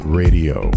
radio